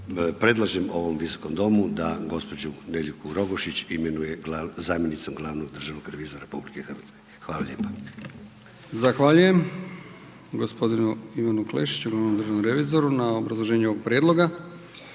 predlažem ovom Visokom domu da gospođu Nediljku Rogošić imenuje zamjenicom glavnog državnog revizora RH. Hvala lijepa. **Brkić, Milijan (HDZ)** Zahvaljujem gospodinu Ivanu Klešiću, glavnom državnom revizoru na obrazloženju ovog prijedloga.